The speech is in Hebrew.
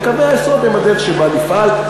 וקווי היסוד הם הדרך שבה נפעל.